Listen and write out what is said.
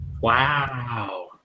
Wow